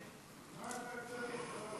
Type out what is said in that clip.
מה אתה צריך?